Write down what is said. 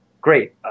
Great